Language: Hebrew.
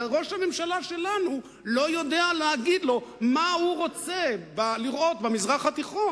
וראש הממשלה שלנו לא יודע להגיד לו מה הוא רוצה לראות במזרח התיכון.